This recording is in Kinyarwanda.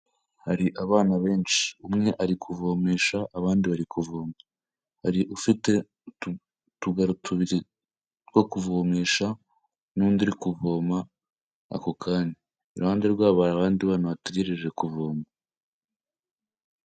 Hari abana benshi. Umwe ari kuvomesha, abandi bari kuvoma, hari ufite utugaro tubiri two kuvomesha n'undi uri kuvoma ako kanya. Iruhande rwabo hari abandi bana bategereje kuvoma.